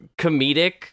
comedic